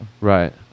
right